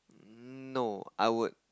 no I would